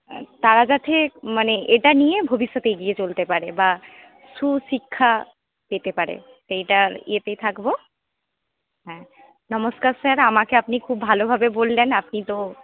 তারা যাতে মানে এটা নিয়ে ভবিষ্যতে এগিয়ে চলতে পারে বা সুশিক্ষা পেতে পারে এটার ইয়েতেই থাকবো হ্যাঁ নমস্কার স্যার আমাকে আপনি খুব ভালোভাবে বললেন আপনি তো